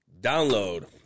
download